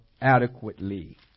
adequately